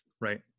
Right